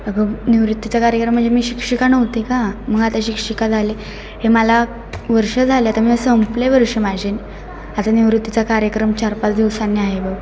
अगं निवृत्तीचा कार्यक्रम म्हणजे मी शिक्षिका नव्हते का मग आता शिक्षिका झाले हे मला वर्ष झाले आता मी संपले वर्ष माझे आता निवृत्तीचा कार्यक्रम चार पाच दिवसांनी आहे बघ